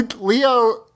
Leo